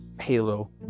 Halo